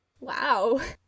Wow